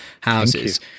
houses